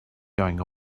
going